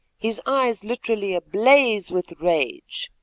his eyes literally ablaze with rage.